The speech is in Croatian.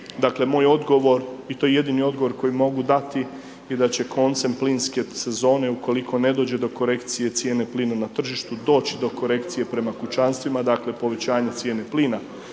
dakle, moj odgovor i to je jedini odgovor koji mogu dati, i da će koncem plinske sezone, ukoliko ne dođe do korekcije cijene plina na tržištu, doći do korekcije prema kućanstvima, dakle, povećanje cijene plina.